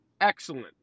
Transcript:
excellent